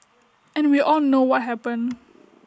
and we all know what happened